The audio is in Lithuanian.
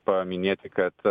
paminėti kad